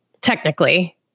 technically